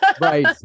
Right